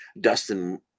Dustin